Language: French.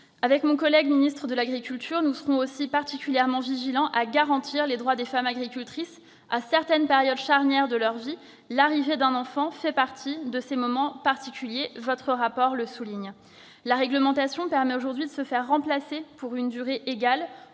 Mon collègue ministre de l'agriculture et moi-même serons aussi particulièrement vigilants à garantir les droits des femmes agricultrices à certaines périodes charnières de leur vie. L'arrivée d'un enfant fait partie de ces moments particuliers, votre rapport le souligne. La réglementation permet aujourd'hui de se faire remplacer pour une durée égale